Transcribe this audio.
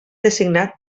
designat